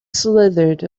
slithered